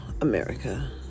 America